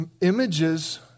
images